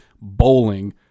bowling